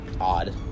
odd